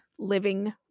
Living